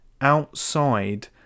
outside